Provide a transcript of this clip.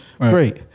Great